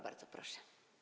Bardzo proszę.